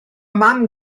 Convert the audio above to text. mam